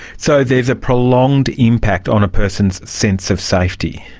so there's a prolonged impact on a person's sense of safety?